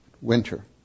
winter